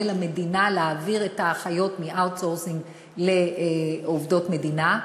למדינה להעביר את האחיות מ-outsourcing לעובדות מדינה.